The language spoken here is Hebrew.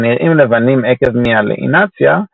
שנראים לבנים עקב מיאלינציה,